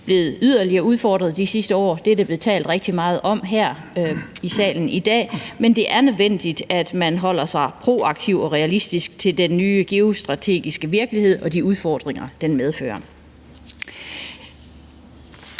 blevet yderligere udfordret de sidste år. Det er der blevet talt rigtig meget om her i salen i dag. Men det er nødvendigt, at man forholder sig proaktivt og realistisk til den nye geostrategiske virkelighed og de udfordringer, den medfører.